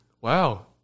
Wow